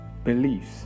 beliefs